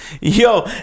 Yo